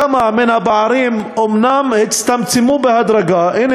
כמה מן הפערים אומנם הצטמצמו בהדרגה" הנה,